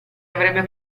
avrebbe